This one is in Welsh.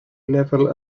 lefel